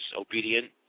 obedient